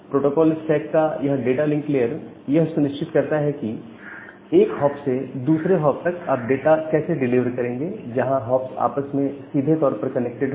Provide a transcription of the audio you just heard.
protocol stack का यह data link layer यह सुनिश्चित करता है कि एक हॉप से दूसरे हॉप तक आप डाटा कैसे डिलीवर करेंगे जहां हॉप्स आपस में सीधे तौर पर कनेक्टेड है